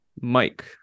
Mike